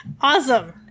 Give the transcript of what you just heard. Awesome